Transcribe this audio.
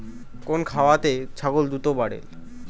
কোন খাওয়ারে ছাগল দ্রুত বাড়ে?